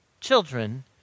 children